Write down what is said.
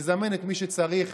תזמן את מי שצריך,